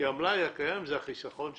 כי המלאי הקיים זה החיסכון שלכם,